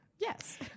Yes